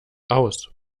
aus